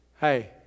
Hey